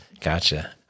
Gotcha